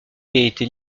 été